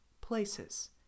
places